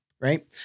Right